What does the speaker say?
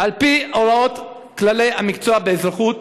על פי הוראות כללי המקצוע באזרחות,